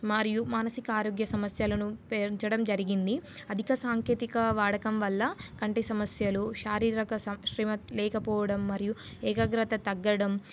మరియు మానసిక ఆరోగ్య సమస్యలను పెంచడం జరిగింది అధిక సాంకేతిక వాడకం వల్ల కంటి సమస్యలు శారీరక స శ్రమ లేకపోవడం మరియు ఏకాగ్రత తగ్గడం